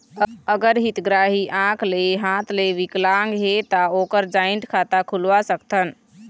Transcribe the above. अगर हितग्राही आंख ले हाथ ले विकलांग हे ता ओकर जॉइंट खाता खुलवा सकथन?